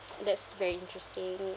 that's very interesting